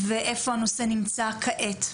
ואיפה הנושא נמצא כעת.